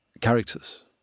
characters